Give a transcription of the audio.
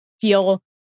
feel